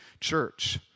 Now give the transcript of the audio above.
church